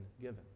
given